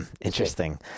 interesting